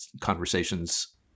conversations